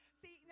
see